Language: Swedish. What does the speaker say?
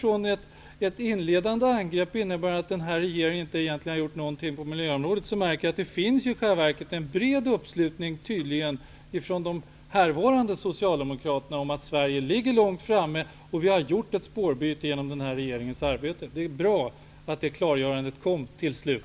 Från att man inledde med att regeringen egentligen inte har gjort någonting på miljöområdet, noterar jag att det i själva verket tydligen finns en bred uppslutning från de härvarande socialdemokraterna om att Sverige ligger långt framme och att det har skett ett spårbyte genom regeringens arbete. Det är bra att detta klargörande kom till sist.